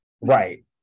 Right